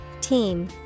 Team